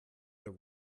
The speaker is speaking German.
der